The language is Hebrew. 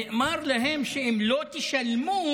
נאמר להם: אם לא תשלמו,